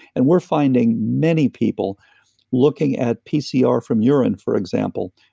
and we're finding many people looking at pcr from urine, for example,